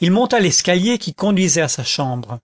il monta l'escalier qui conduisait à sa chambre